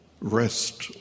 rest